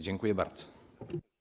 Dziękuję bardzo.